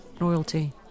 royalty